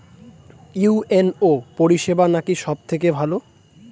UNO পরিসেবা নাকি সব থেকে ভালো?